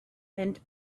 and